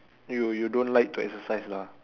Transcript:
you you don't like to exercise lah